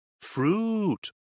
Fruit